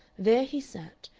there he sat,